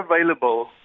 available